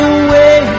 away